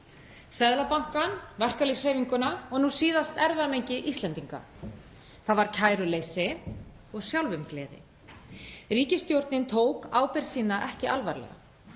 Seðlabankann, verkalýðshreyfinguna og nú síðast erfðamengi Íslendinga. Það var kæruleysi og sjálfumgleði. Ríkisstjórnin tók ábyrgð sína ekki alvarlega.